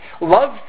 Love